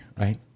Right